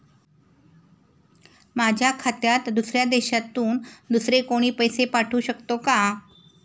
माझ्या खात्यात दुसऱ्या देशातून दुसरे कोणी पैसे पाठवू शकतो का?